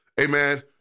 Amen